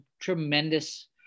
tremendous